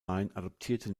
adoptierte